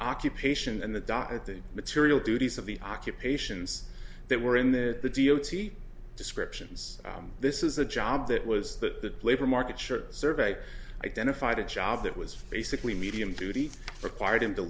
occupation and the dot at the material duties of the occupations that were in that the d o t descriptions this is a job that was the labor market short survey identified a job that was basically medium duty required him to